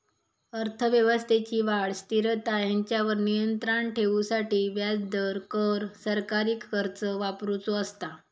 अर्थव्यवस्थेची वाढ, स्थिरता हेंच्यावर नियंत्राण ठेवूसाठी व्याजदर, कर, सरकारी खर्च वापरुचो असता